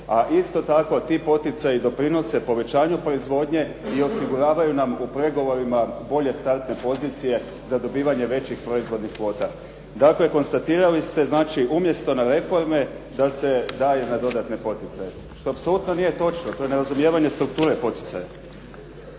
A isto tako ti poticaji doprinose povećanju proizvodnje i osiguravaju nam u pregovorima bolje startne pozicije za dobivanje većih proizvodnih kvota. Dakle, konstatirali ste znači umjesto na reforme da se daje na dodatne poticaje što apsolutno nije točno, to je nerazumijevanje strukture poticaja.